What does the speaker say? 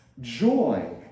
joy